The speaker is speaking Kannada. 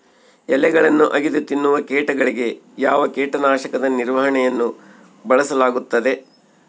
ಎಲೆಗಳನ್ನು ಅಗಿದು ತಿನ್ನುವ ಕೇಟಗಳಿಗೆ ಯಾವ ಕೇಟನಾಶಕದ ನಿರ್ವಹಣೆಯನ್ನು ಬಳಸಲಾಗುತ್ತದೆ?